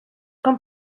com